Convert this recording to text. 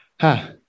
Ha